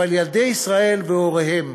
אבל ילדי ישראל והוריהם,